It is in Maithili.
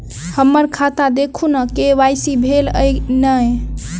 हम्मर खाता देखू नै के.वाई.सी भेल अई नै?